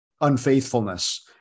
unfaithfulness